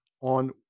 on